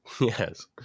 Yes